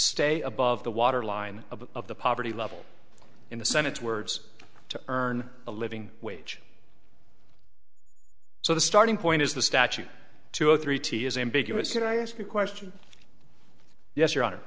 stay above the water line of of the poverty level in the senate's words to earn a living wage so the starting point is the statute to zero three t is ambiguous and i ask a question yes your hon